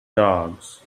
dogs